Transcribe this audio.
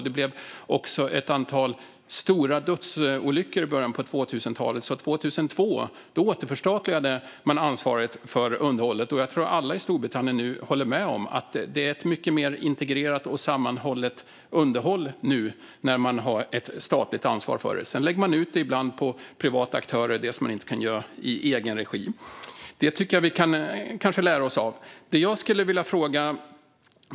Det skedde också ett antal stora dödsolyckor i början av 2000-talet. År 2002 återförstatligade man ansvaret för underhållet, och jag tror att alla i Storbritannien håller med om att det är mycket mer integrerat och sammanhållet nu när staten har ansvaret för det. Sedan lägger man ibland ut på privata aktörer det man inte kan göra i egen regi. Det tycker jag att vi kan lära oss av.